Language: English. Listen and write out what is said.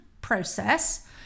process